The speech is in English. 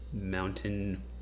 Mountain